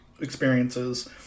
experiences